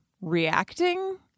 reacting